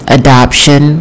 adoption